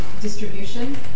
distribution